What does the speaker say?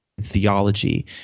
theology